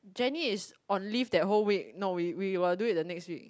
Jenny is on leave that whole week no we we will do it the next week